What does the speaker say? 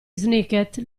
snicket